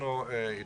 אנחנו אתכם.